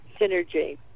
synergy